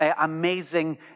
amazing